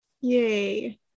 Yay